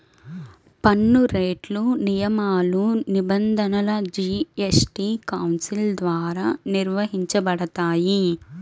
పన్నురేట్లు, నియమాలు, నిబంధనలు జీఎస్టీ కౌన్సిల్ ద్వారా నిర్వహించబడతాయి